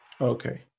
Okay